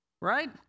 right